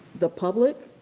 the public,